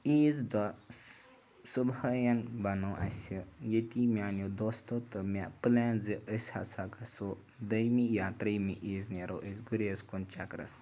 عیٖذ دۄہ صُبحٲیَن بنوو اَسہِ ییٚتی میٛانیو دوستو تہٕ مےٚ پٕلین زِ أسۍ ہَسا گژھو دوٚیمہِ یا ترٛیٚیِمہِ عیٖذ نیرو أسۍ گُریز کُن چَکرَس